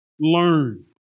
learn